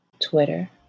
Twitter